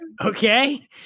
okay